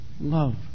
love